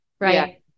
Right